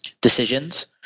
decisions